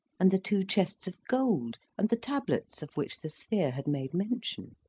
and the two chests of gold, and the tablets of which the sphere had made mention.